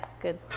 good